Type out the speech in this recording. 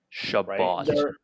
Shabbat